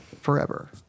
forever